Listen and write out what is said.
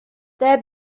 their